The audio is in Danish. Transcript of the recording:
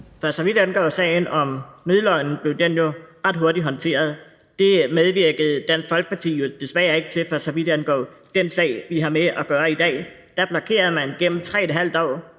For så vidt angår sagen om nødløgnen, blev den jo ret hurtigt håndteret. Det medvirkede Dansk Folkeparti jo desværre ikke til, for så vidt angår den sag, som vi har at gøre med i dag. Da blokerede man igennem tre et